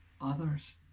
others